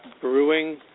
brewing